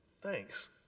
Thanks